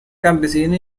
campesino